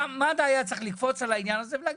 מד"א היה צריך לקפוץ על העניין הזה ולהגיד,